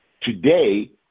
Today